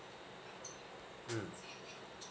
mm